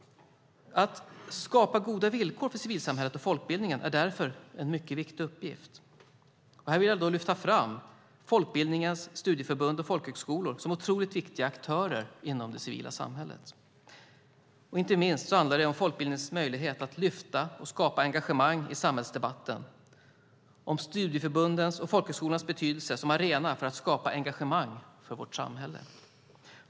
Att skapa goda villkor för civilsamhället och folkbildningen är därför en mycket viktig uppgift. Här vill jag lyfta fram folkbildningens studieförbund och folkhögskolor som otroligt viktiga aktörer inom civilsamhället. Inte minst handlar det om folkbildningens möjlighet att lyfta och skapa engagemang i samhällsdebatten och om studieförbundens och folkhögskolornas betydelse som arena för att skapa engagemang för vårt samhälle.